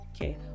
Okay